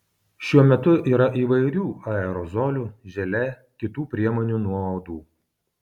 šiuo metu yra įvairių aerozolių želė kitų priemonių nuo uodų